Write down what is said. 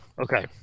Okay